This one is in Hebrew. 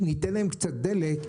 ניתן להם קצת דלק,